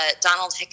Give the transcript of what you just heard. Donald